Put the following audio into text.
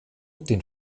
den